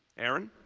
aaron?